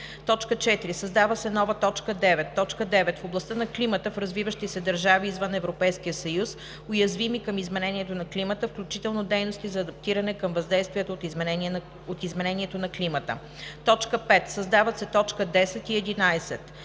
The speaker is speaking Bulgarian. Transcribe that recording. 4. Създава се нова т. 9: „9. в областта на климата в развиващи се държави извън Европейския съюз, уязвими към изменението на климата, включително дейности за адаптиране към въздействията от изменението на климата;“. 5. Създават се т. 10 и 11: